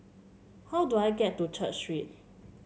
how do I get to Church Street